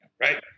right